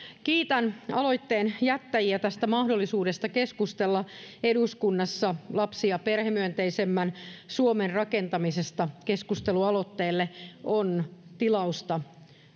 kiitän aloitteenjättäjiä tästä mahdollisuudesta keskustella eduskunnassa lapsi ja perhemyönteisemmän suomen rakentamisesta keskustelualoitteelle on tilausta